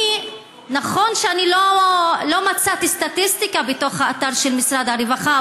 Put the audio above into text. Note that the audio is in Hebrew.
נכון שלא מצאתי סטטיסטיקה באתר של משרד הרווחה,